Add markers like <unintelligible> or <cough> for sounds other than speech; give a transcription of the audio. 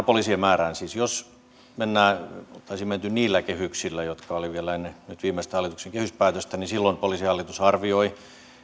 <unintelligible> poliisien määrään jos olisi menty niillä kehyksillä jotka olivat vielä ennen nyt viimeistä hallituksen kehyspäätöstä niin silloin poliisihallitus arvioi